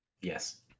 yes